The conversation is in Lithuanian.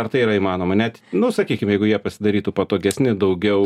ar tai yra įmanoma net nu sakykim jeigu jie pasidarytų patogesni daugiau